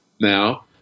now